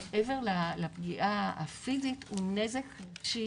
מעבר לפגיעה הפיזית הוא נזק רגשי